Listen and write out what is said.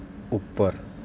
ਉੱਪਰ